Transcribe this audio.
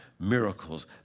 miracles